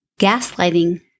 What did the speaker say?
Gaslighting